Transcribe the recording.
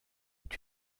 est